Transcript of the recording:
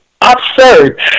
absurd